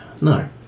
No